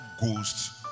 ghost